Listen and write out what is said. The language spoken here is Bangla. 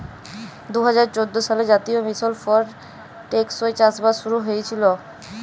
দু হাজার চোদ্দ সালে জাতীয় মিশল ফর টেকসই চাষবাস শুরু হঁইয়েছিল